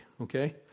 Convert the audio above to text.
okay